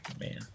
man